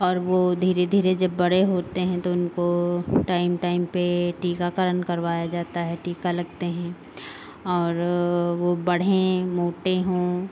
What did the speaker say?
और वो धीरे धीरे जब बड़े होते हैं तो उनको टाइम टाइम पे टीकाकरण करवाया जाता है टीका लगते हैं और वो बढ़ें मोटे हों